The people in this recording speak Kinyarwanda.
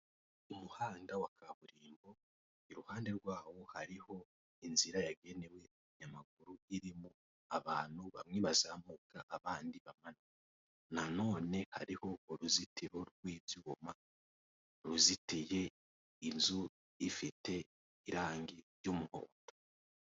Umuhanda wa kaburimbo, iruhande rwawo hariho inzira yagenewe abanyamaguru, irimo abantu bamwe bazamuka abandi bamanuka, nanone hariho uruzitiro rw' ibyuma ruzitiye, inzu ifite irangi ry'umuhondo.